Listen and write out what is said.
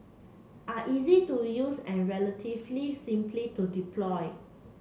are easy to use and relatively simply to deploy